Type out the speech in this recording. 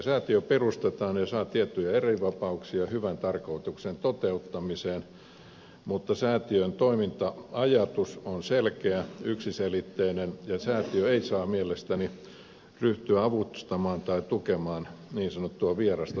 säätiö perustetaan ja saa tiettyjä erivapauksia hyvän tarkoituksen toteuttamiseen mutta säätiön toiminta ajatus on selkeä yksiselitteinen ja säätiö ei saa mielestäni ryhtyä avustamaan tai tukemaan niin sanottua vierasta tarkoitusperää